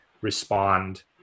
respond